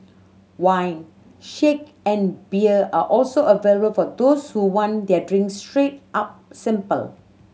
wine sake and beer are also available for those who want their drinks straight up simple